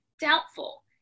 doubtful